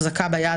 החזקה ביד,